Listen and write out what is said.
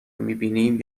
میبینیم